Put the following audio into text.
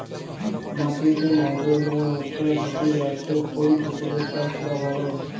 মাটিতে নাইট্রোজেনের মাত্রা সঠিক রাখতে কোন ফসলের চাষ করা ভালো?